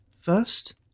First